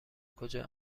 کجا